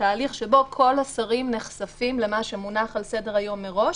תהליך שבו כל השרים נחשפים למה שמונח על סדר-היום מראש,